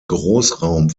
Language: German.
großraum